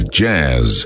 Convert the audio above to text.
jazz